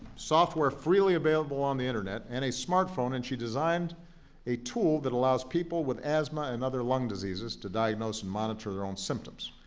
software freely available on the internet, and a smartphone, and she designed a tool that allows people with asthma and other lung diseases to diagnose and monitor their own symptoms.